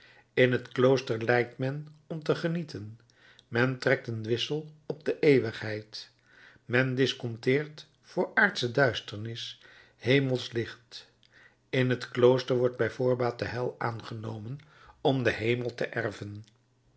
in het klooster lijdt men om te genieten men trekt een wissel op de eeuwigheid men disconteert voor aardsche duisternis hemelsch licht in het klooster wordt bij voorbaat de hel aangenomen om den hemel te erven